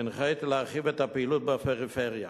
והנחיתי להרחיב את הפעילות בפריפריה.